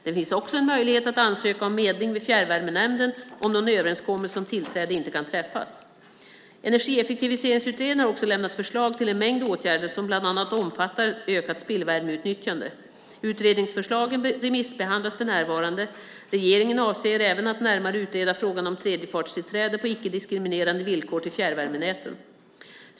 Det finns också en möjlighet att ansöka om medling vid Fjärrvärmenämnden om någon överenskommelse om tillträde inte kan träffas. Energieffektiviseringsutredningen har också lämnat förslag till en mängd åtgärder som bland annat omfattar ökat spillvärmeutnyttjande. Utredningsförslagen remissbehandlas för närvarande. Regeringen avser även att närmare utreda frågan om tredjepartstillträde på icke-diskriminerande villkor till fjärrvärmenäten.